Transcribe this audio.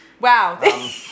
Wow